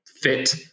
fit